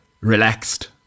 relaxed